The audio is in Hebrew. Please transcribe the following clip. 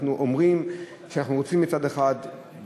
אנחנו אומרים שאנחנו רוצים מצד אחד,